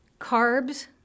carbs